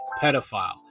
pedophile